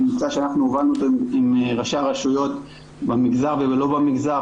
עם מבצע שאנחנו הובלנו אותו עם ראשי הרשויות במגזר ולא במגזר.